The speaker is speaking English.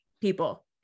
people